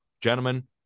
gentlemen